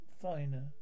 finer